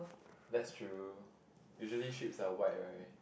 that's true usually sheep's are white right